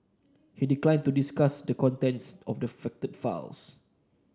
he declined to discuss the contents of the affected files